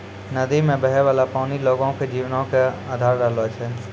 नदी मे बहै बाला पानी लोगो के जीवनो के अधार रहलो छै